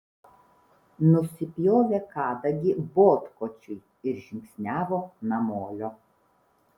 nusipjovė kadagį botkočiui ir žingsniavo namolio